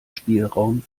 spielraum